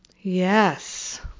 Yes